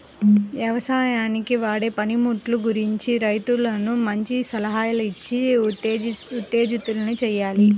యవసాయానికి వాడే పనిముట్లు గురించి రైతన్నలను మంచి సలహాలిచ్చి ఉత్తేజితుల్ని చెయ్యాలి